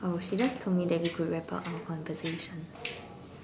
oh she just told me that we could wrap up our conversation